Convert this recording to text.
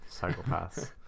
Psychopaths